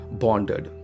bonded